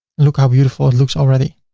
look how beautiful it looks already.